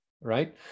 right